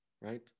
Right